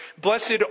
Blessed